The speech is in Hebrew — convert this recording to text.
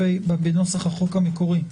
בנוסח החוק המקורי יורד.